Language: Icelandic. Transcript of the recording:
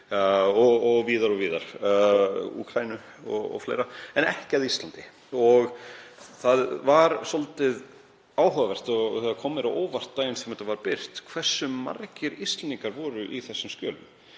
Tékklandi, Úkraínu og fleirum, en ekki að Íslandi. Og það var svolítið áhugavert og kom mér á óvart daginn sem þetta var birt hversu margir Íslendingar voru í þessum skjölum,